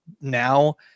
Now